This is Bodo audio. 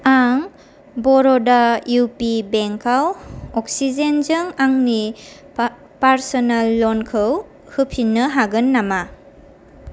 आं बर'डा इउपि बेंकआव अक्सिजेनजों आंनि पार्स'नेल ल'नखौ होफिन्नो हागोन नामा